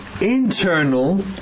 internal